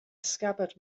scabbard